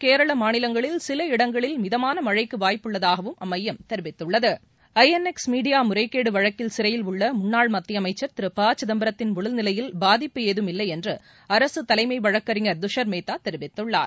கேரளா மாநிலங்களில் சில இடங்களில் மிதமான மழைக்கு வாய்ப்புள்ளதாகவும் அது தெரிவித்துள்ளது ஐஎன்எக்ஸ் மீடியா முறைகேடு வழக்கில் சிறையில் உள்ள முன்னாள் மத்திய அமைச்சர் திரு ப சிதம்பரத்தின் உடல்நிலையில் பாதிப்பு ஏதமில்லை என்று அரசு தலைமை வழக்கறிஞர் துஷர் மேத்தா தெரிவித்துள்ளார்